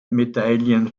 medaillen